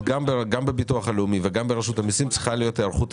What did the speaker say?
צד מרוויח, של האישה או של הגבר?